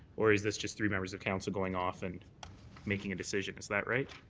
or is this just three members of council going off and making a decision. is that right?